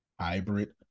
Hybrid